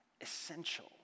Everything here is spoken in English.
essential